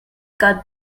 got